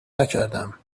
نکردم